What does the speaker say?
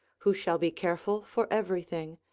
who shall be careful for everything,